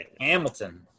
Hamilton